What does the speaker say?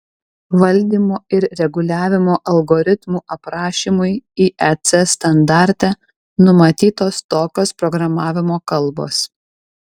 valdymo ir reguliavimo algoritmų aprašymui iec standarte numatytos tokios programavimo kalbos